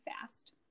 fast